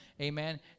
Amen